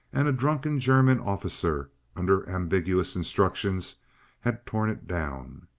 and a drunken german officer under ambiguous instructions had torn it down.